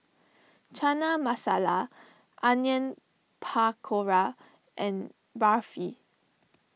Chana Masala Onion Pakora and Barfi